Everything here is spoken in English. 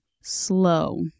slow